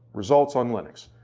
results on linux.